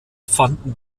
fanden